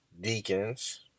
deacons